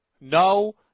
No